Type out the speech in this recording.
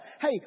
hey